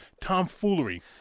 tomfoolery